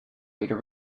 later